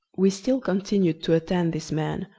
we still continued to attend this man,